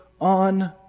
on